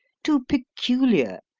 too peculiar,